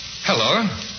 Hello